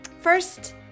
First